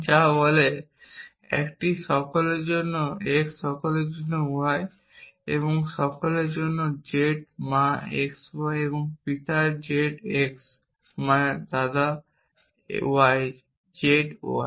যা বলে একটি সকলের জন্য x সকলের জন্য y এবং সকলের জন্য z মা x y এবং পিতা z x মানে দাদা z y